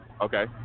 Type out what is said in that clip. Okay